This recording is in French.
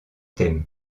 thèmes